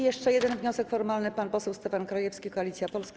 Jeszcze jeden wniosek formalny, pan poseł Stefan Krajewski, Koalicja Polska.